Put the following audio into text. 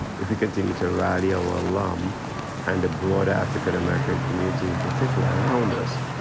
if we continue to rally our alum and the broader african american community in particular around us,